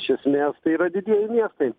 iš esmės tai yra didieji miestai